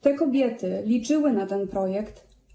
Te kobiety liczyły na ten projekt.